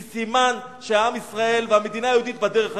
כי סימן שעם ישראל והמדינה היהודית בדרך הנכונה.